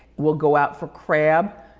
we'll go out for crab,